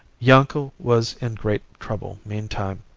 yanko was in great trouble meantime.